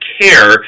care